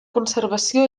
conservació